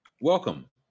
Welcome